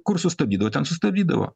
kur sustabdydavo ten sustabdydavo